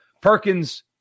Perkins